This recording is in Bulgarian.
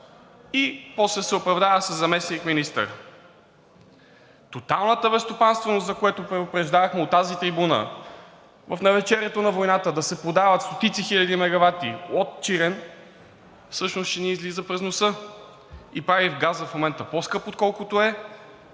и после се оправдава със заместник-министър. Тоталната безстопанственост, за която предупреждавахме от тази трибуна, в навечерието на войната да се продават стотици хиляди мегавати от Чирен всъщност ще ни излиза през носа и прави в момента газът по-скъп, отколкото е,